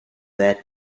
their